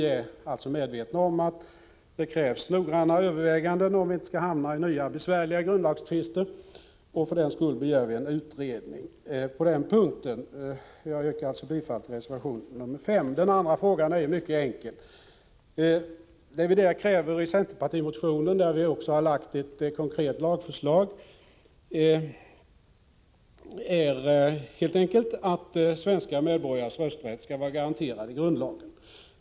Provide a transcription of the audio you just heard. Därvid är vi medvetna om att det krävs noggranna överväganden, om vi inte skall hamna i nya, besvärliga grundlagstvister. Därför har vi på denna punkt begärt en utredning. Jag yrkar bifall till reservation 5. Den andra frågan är mycket enkel. I centerpartimotionen kräver vi — vi har lagt fram ett konkret lagförslag — att svenska medborgares rösträtt skall vara garanterad i grundlagen.